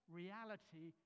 reality